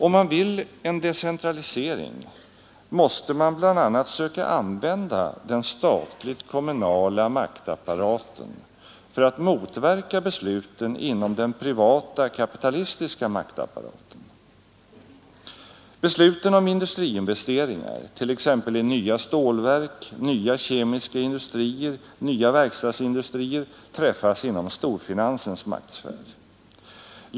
Om man vill en decentralisering, måste man bl.a. söka använda den statligt-kommunala maktapparaten för att motverka besluten inom den privata kapitalistiska maktapparaten. Besluten om industriinvesteringar, t.ex. i nya stålverk, nya kemiska industrier, nya verkstadsindustrier, träffas inom storfinansens maktsfär.